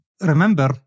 Remember